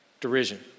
derision